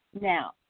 Now